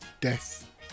death